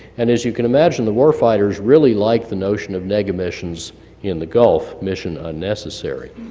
and as you can imagine the war fighters really like the notion of neg emissions in the gulf, mission unnecessary.